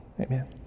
Amen